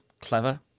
clever